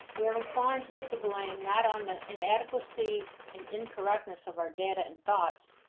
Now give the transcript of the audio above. we are inclined to put the blame not on the inadequacy and incorrectness of our data and thoughts,